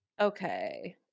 okay